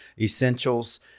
essentials